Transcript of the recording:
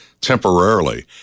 Temporarily